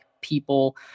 people